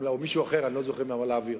אם להעביר.